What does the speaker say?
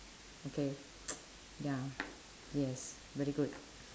okay ya yes very good